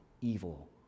evil